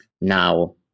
now